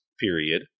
period